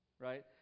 right